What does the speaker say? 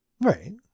Right